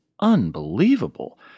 unbelievable